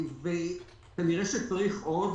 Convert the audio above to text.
כנראה צריך עוד.